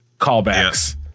callbacks